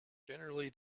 generally